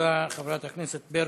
תודה, חברת הכנסת ברקו.